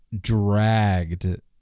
dragged